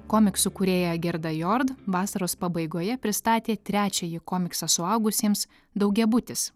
komiksų kūrėja gerda jord vasaros pabaigoje pristatė trečiąjį komiksą suaugusiems daugiabutis